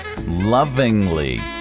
lovingly